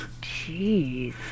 Jeez